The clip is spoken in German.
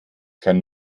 kann